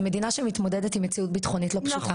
זה מדינה שמתמודדת עם מציאות ביטחונית לא פשוטה,